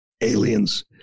aliens